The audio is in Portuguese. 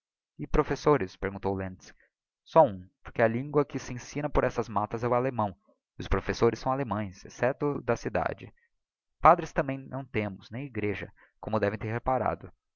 e professores perguntou lentz só um porque a lingua que se ensina por essas mattas é o allemão e os professores são alllemães excepto o da cidade padres também não temos nem egreja como devem ter reparado